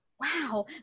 wow